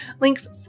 links